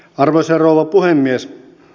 arvoisa rouva puhemies